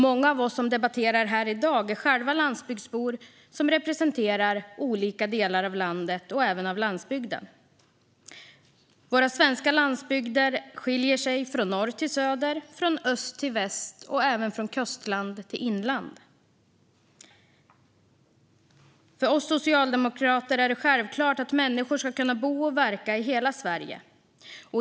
Många av oss som debatterar här i dag är själva landsbygdsbor som representerar olika delar av landet och även olika delar av landsbygden. Våra svenska landsbygder skiljer sig från norr till söder, från öst till väst och från kustland till inland. För oss socialdemokrater är det självklart att människor ska kunna bo och verka i hela Sverige.